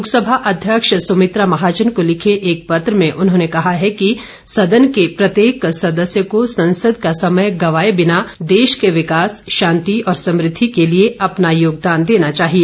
लोकसभा अध्यक्ष सुमित्रा महाजन को लिखे एक पत्र में उन्होंने कहा है कि सदन के प्रत्येक सदस्य को संसद का समय गंवाए बिना देश के विकास शांति और समृद्धि के लिए अपना योगदान देना चाहिए